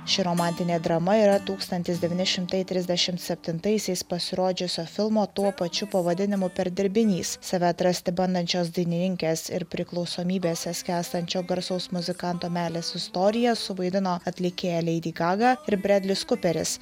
ši romantinė drama yra tūkstantis devyni šimtai trisdešimt septintaisiais pasirodžiusio filmo tuo pačiu pavadinimu perdirbinys save atrasti bandančios dainininkės ir priklausomybėse skęstančio garsaus muzikanto meilės istoriją suvaidino atlikėja leidi gaga ir bredlis kuperis